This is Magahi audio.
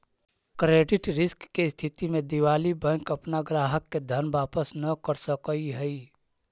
क्रेडिट रिस्क के स्थिति में दिवालि बैंक अपना ग्राहक के धन वापस न कर सकऽ हई